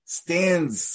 stands